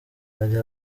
hari